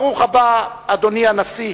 ברוך הבא, אדוני הנשיא,